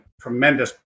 tremendous